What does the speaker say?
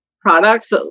products